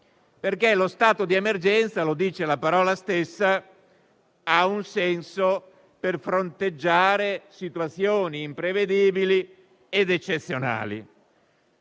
mesi. Lo stato di emergenza - lo dice la parola stessa - ha un senso per fronteggiare situazioni imprevedibili ed eccezionali.